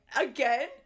Again